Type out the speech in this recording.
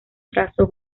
trazo